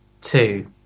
two